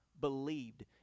believed